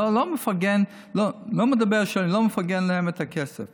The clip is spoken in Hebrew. לא, לא אומר שאני לא מפרגן להם את הכסף.